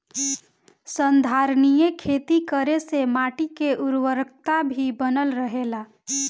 संधारनीय खेती करे से माटी के उर्वरकता भी बनल रहेला